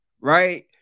right